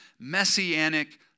messianic